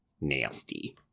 nasty